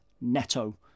Neto